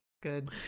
Good